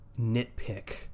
nitpick